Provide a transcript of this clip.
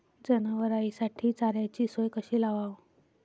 जनावराइसाठी चाऱ्याची सोय कशी लावाव?